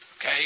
okay